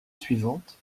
suivante